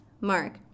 Mark